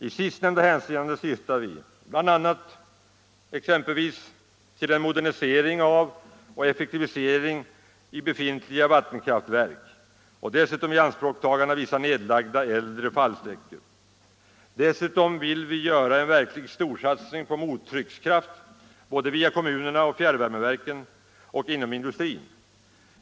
I sistnämnda hänseende syftar vi bl.a. till en modernisering och effektivisering av befintliga vattenkraftverk och dessutom till ianspråktagande av vissa nedlagda äldre fallsträckor. Vidare vill vi göra en verklig storsatsning på mottryckskraft såväl via kommunerna och fjärrvärmeverken som inom industrin.